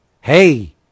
hey